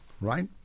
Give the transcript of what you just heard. right